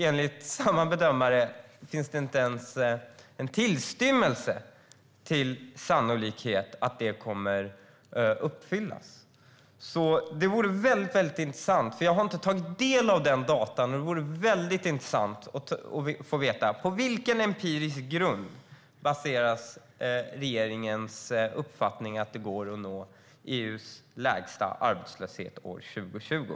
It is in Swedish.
Enligt samma bedömare finns det inte ens en tillstymmelse till sannolikhet att det kommer att uppfyllas. Jag har inte tagit del av sådana data, men det vore väldigt intressant att få veta: På vilken empirisk grund baseras regeringens uppfattning att det går att nå EU:s lägsta arbetslöshetsmål 2020?